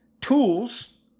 tools